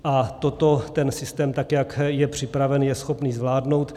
A toto ten systém, tak jak je připraven, je schopný zvládnout.